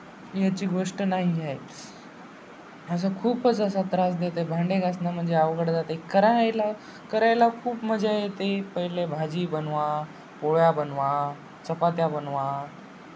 ह्याची गोष्ट नाही आहे असा खूपच असा त्रास देते भांडे घासणं म्हणजे अवघड जाते करायला करायला खूप मजा येते पहिले भाजी बनवा पोळ्या बनवा चपात्या बनवा